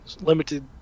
limited